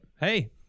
hey